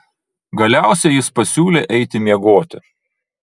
galiausiai jis pasiūlė eiti miegoti